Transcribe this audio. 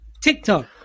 TikTok